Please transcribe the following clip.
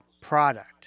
product